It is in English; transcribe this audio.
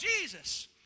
Jesus